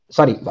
Sorry